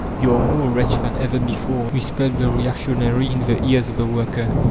you are more wretched than ever before, whispered the reactionary in the ears of the worker.